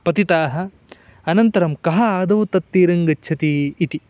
पतिताः अनन्तरं कः आदौ तत्तीरं गच्छति इति